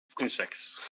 insects